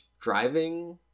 driving